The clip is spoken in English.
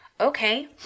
Okay